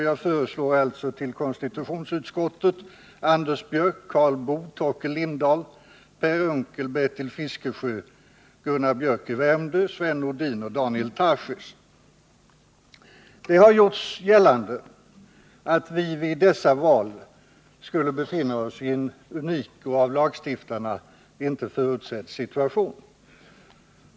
Jag föreslår därför till ledamöter i konstitutionsutskottet: Det har gjorts gällande att vi vid dessa val skulle befinna oss i en unik och av lagstiftarna inte förutsedd situation.